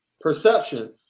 perception